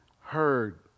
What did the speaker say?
heard